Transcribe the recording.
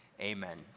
Amen